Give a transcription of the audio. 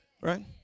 Right